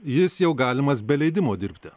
jis jau galimas be leidimo dirbti